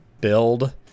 build